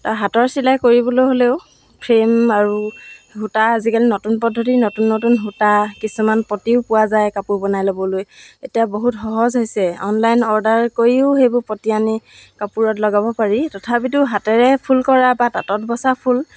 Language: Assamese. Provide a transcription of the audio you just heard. তা হাতৰ চিলাই কৰিবলৈ হ'লেও ফ্ৰেম আৰু সূতা আজিকালি নতুন পদ্ধতিৰ নতুন নতুন সূতা কিছুমান পতিও পোৱা যায় কাপোৰ বনাই ল'বলৈ এতিয়া বহুত সহজ হৈছে অনলাইন অৰ্ডাৰ কৰিও সেইবোৰ পতি আনি কাপোৰত লগাব পাৰি তথাপিতো হাতেৰে ফুল কৰা বা তাঁতত বচা ফুল